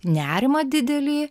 nerimą didelį